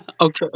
Okay